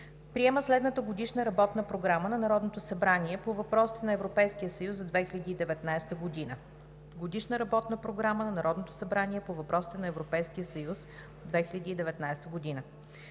Приема следната Годишна работна програма на Народното събрание по въпросите на Европейския съюз за 2019 г.: